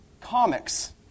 comics